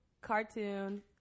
cartoon